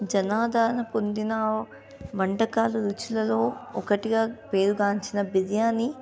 జనాదారణ పొందిన వంటకాలు రుచులలో ఒకటిగా పేరుగాంచిన బిర్యానీ